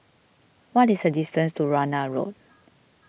what is the distance to Warna Road